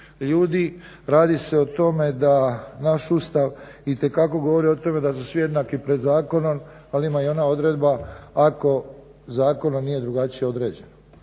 ljudi. Radi se o tome da naš Ustav itekako govori o tome da su svi jednaki pred zakonom ali ima i ona odredba ako zakonom nije drugačije određeno.